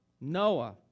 Noah